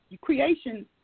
creation